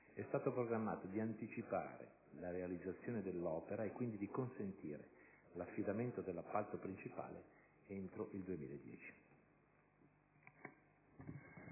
è stato programmato di anticipare la realizzazione dell'opera e quindi di consentire l'affidamento dell'appalto principale entro il 2010.